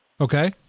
Okay